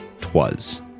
Twas